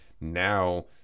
now